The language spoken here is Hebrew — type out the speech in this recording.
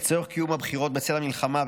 לצורך קיום הבחירות בצל המלחמה,